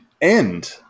end